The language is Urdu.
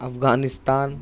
افغانستان